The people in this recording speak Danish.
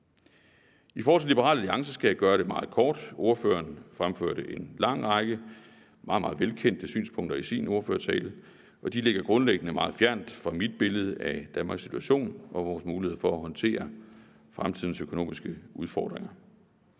I forhold til Liberal Alliance skal jeg gøre det meget kort. Ordføreren fremførte en lang række meget, meget velkendte synspunkter i sin ordførertale, og de ligger grundlæggende meget fjernt fra mit billede af Danmarks situation og vores mulighed for at håndtere fremtidens økonomiske udfordringer.